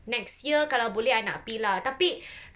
next year kalau boleh I nak gi lah tapi